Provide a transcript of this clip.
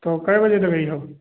तो कै बजे तक अइहो